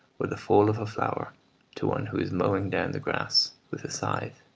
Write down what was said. or the fall of a flower to one who is mowing down the grass with a scythe.